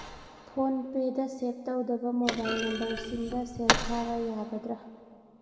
ꯐꯣꯟꯄꯦꯗ safe ꯇꯧꯗꯕ mobile ꯅꯝꯕꯔꯁꯤꯡꯗ ꯁꯦꯜ ꯊꯥꯕ ꯌꯥꯒꯗ꯭ꯔꯥ